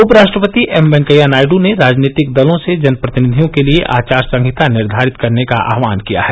उप राष्ट्रपति एम वेंकैया नायडू ने राजनीतिक दलों से जन प्रतिनिधियों के लिए आचार संहिता निर्धारित करने का आहवान किया है